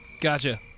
Gotcha